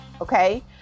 okay